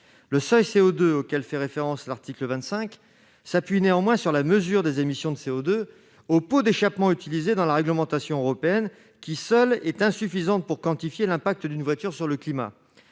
Le seuil de CO2 auquel fait référence l'article 25 s'appuie néanmoins sur la mesure des émissions de CO2 au pot d'échappement utilisée dans la réglementation européenne, qui, à elle seule, est insuffisante pour quantifier l'impact des émissions d'une voiture sur le climat.